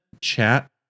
chat